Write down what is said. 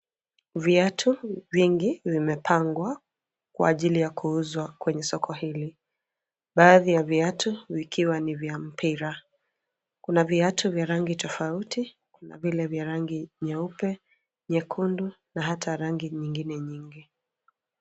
Viatu vingi vimepangwa kwa ajili ya kuuzwa kwenye soko hili, baadhi ya viatu vikiwa ni vya mpira. Kuna viatu vya rangi tofauti; kuna vile vya rangi nyeupe, nyekundu na hata rangi nyingine nyingi.